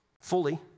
fully